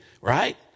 right